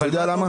אתה יודע למה?